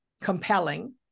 compelling